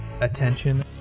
attention